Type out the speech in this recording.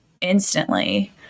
instantly